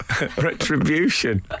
Retribution